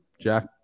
Jack